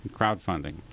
crowdfunding